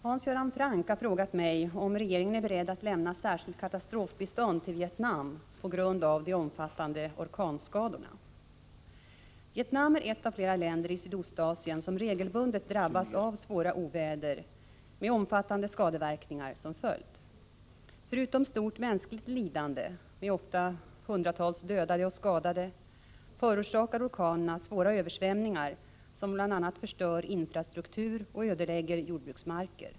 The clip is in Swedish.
Herr talman! Hans Göran Franck har frågat mig om regeringen är beredd att lämna särskilt katastrofbistånd till Vietnam på grund av de omfattande orkanskadorna. Vietnam är ett av flera länder i Sydostasien som regelbundet drabbas av svåra oväder med omfattande skadeverkningar som följd. Förutom stort mänskligt lidande — ofta hundratals dödade och skadade — förorsakar orkanerna svåra översvämningar, som bl.a. förstör infrastruktur och ödelägger jordbruksmarker.